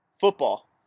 football